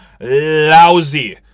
lousy